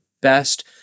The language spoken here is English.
best